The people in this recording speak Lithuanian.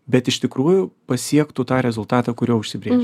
bet iš tikrųjų pasiektų tą rezultatą kurio užsibrėžė